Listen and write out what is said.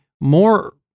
more